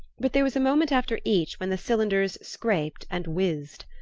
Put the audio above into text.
but there was a moment after each when the cylinders scraped and whizzed.